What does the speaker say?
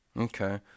Okay